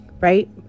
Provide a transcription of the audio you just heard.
right